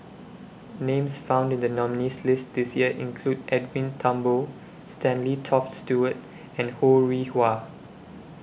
Names found in The nominees' list This Year include Edwin Thumboo Stanley Toft Stewart and Ho Rih Hwa